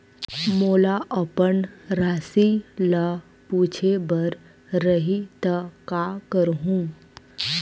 मोला अपन राशि ल पूछे बर रही त का करहूं?